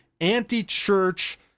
anti-church